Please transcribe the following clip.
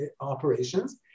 operations